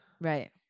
Right